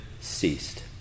ceased